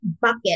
bucket